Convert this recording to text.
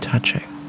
Touching